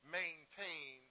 maintain